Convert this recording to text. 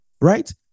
right